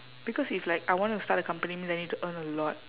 because if like I want to start a company means I need to earn a lot